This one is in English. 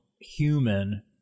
human